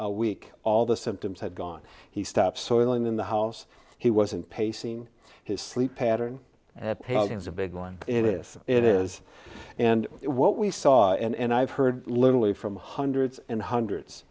a week all the symptoms had gone he stopped soiling in the house he wasn't pacing his sleep pattern is a big one and if it is and what we saw and i've heard literally from hundreds and hundreds